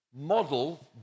model